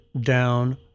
down